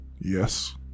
Yes